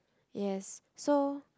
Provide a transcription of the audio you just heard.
yes so